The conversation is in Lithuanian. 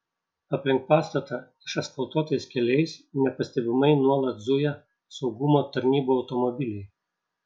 aplink pastatą išasfaltuotais keliais nepastebimai nuolat zuja saugumo tarnybų automobiliai